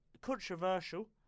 controversial